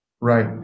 Right